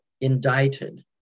indicted